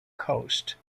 coast